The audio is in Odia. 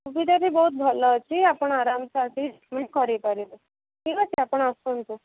ସୁବିଧା ବି ବହୁତ ଭଲ ଅଛି ଆପଣ ଆରମସେ ଆସିକି ଟ୍ରିଟ୍ମେଣ୍ଟ୍ କରେଇପାରିବେ ଠିକ୍ ଅଛି ଆପଣ ଆସନ୍ତୁ